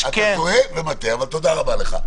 אתה טועה ומטעה, אבל תודה רבה לך.